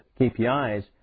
KPIs